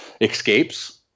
escapes